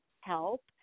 help